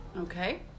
Okay